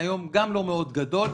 גם לא מאוד גדול,